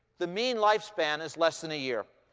the mean lifespan is less than a year.